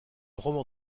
roman